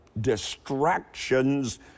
distractions